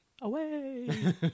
away